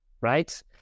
right